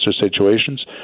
situations